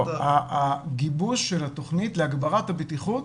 הגיבוש של התכנית להגברת הבטיחות